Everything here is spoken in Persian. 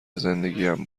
زندگیم